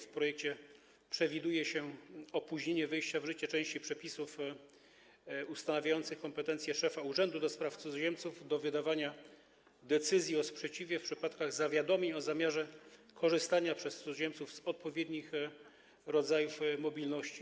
W projekcie przewiduje się opóźnienie wejścia w życie części przepisów ustanawiających kompetencje szefa Urzędu do Spraw Cudzoziemców do wydawania decyzji o sprzeciwie w przypadkach zawiadomień o zamiarze korzystania przez cudzoziemców z odpowiednich rodzajów mobilności.